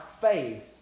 faith